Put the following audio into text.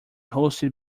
hosted